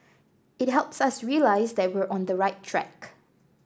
it helps us realise that we're on the right track